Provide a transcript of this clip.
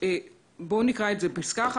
נקרא את זה: "7.